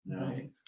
Right